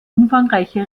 umfangreiche